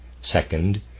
Second